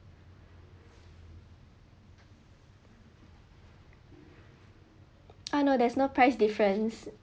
I know there's no price difference